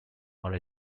are